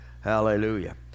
Hallelujah